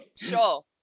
Sure